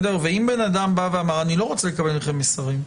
אם אדם אמר: לא רוצה לקבל מכם מסרים,